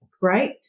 great